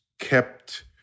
kept